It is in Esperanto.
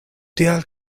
tial